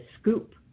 scoop